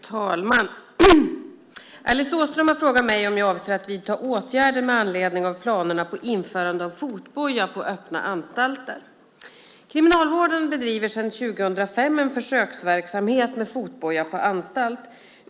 Herr talman! Alice Åström har frågat mig om jag avser att vidta åtgärder med anledning av planerna på införande av fotboja på öppna anstalter. Kriminalvården bedriver sedan år 2005 en försöksverksamhet med fotboja på anstalt.